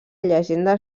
llegenda